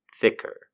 thicker